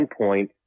endpoint